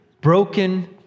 broken